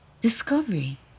Discovery